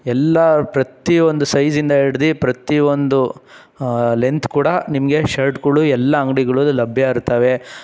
ಎಲ್ಲ ಪ್ರತಿಯೊಂದು ಸೈಝಿಂದ ಹಿಡ್ದು ಪ್ರತಿಯೊಂದು ಲೆಂಥ್ ಕೂಡ ನಿಮಗೆ ಶರ್ಟ್ಗಳು ಎಲ್ಲ ಅಂಗ್ಡಿಗಳಲ್ಲೂ ಲಭ್ಯ ಇರ್ತವೆ